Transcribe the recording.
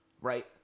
right